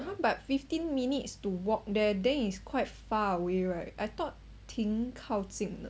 !huh! but fifteen minutes to walk there then is quite far away right I thought 挺靠近的